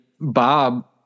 bob